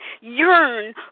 yearn